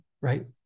right